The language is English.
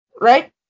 Right